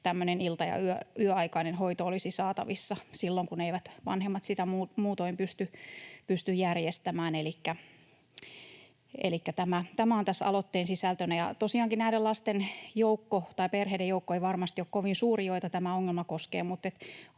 ilta- ja yöaikainen hoito olisi saatavissa silloin, kun vanhemmat eivät sitä muutoin pysty järjestämään. Elikkä tämä on tässä aloitteen sisältönä. Tosiaan näiden lasten tai perheiden joukko, joita tämä ongelma koskee,